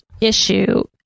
issue